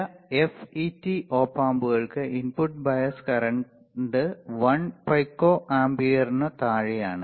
ചില FET op ആമ്പുകൾക്ക് input bias current 1 pico ആമ്പിയർനു താഴെയാണ്